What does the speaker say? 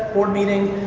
board meeting,